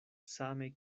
same